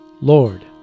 Lord